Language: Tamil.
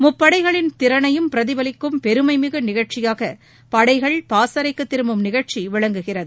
முப்படைகளின் திறனையும் பிரதிபலிக்கும் பெருமைமிகு நிகழ்ச்சியாக படைகள் பாசறைக்கு திரும்பும் நிகழ்ச்சி விளங்குகிறது